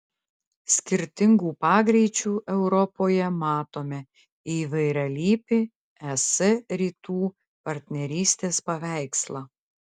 skirtingų pagreičių europoje matome įvairialypį es rytų partnerystės paveikslą